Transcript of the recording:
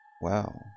Wow